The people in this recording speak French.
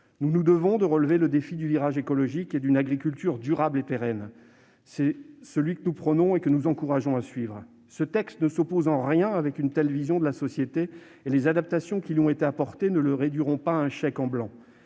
Nous nous devons de relever le défi du virage écologique et d'une agriculture durable et pérenne. C'est ce virage que nous prenons et que nous encourageons à suivre. Ce texte ne s'oppose en rien à une telle vision de la société et les adaptations qui lui ont été apportées ne le réduiront pas à un chèque en blanc.